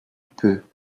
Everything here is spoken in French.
peu